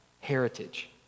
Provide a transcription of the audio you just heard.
heritage